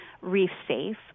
reef-safe